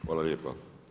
Hvala lijepa.